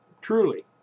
truly